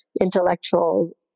intellectual